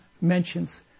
mentions